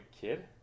kid